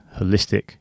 holistic